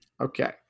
Okay